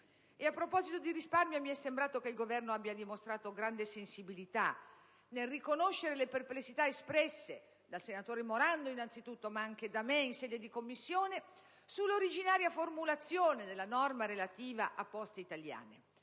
A proposito di risparmio, mi è sembrato che il Governo abbia dimostrato grande sensibilità nel riconoscere le perplessità espresse anzitutto dal senatore Morando, e anche da me in sede di Commissione, sull'originaria formulazione della norma relativa a Poste italiane,